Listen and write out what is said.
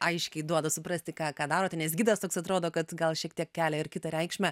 aiškiai duoda suprasti ką ką darote nes gidas toks atrodo kad gal šiek tiek kelia ir kitą reikšmę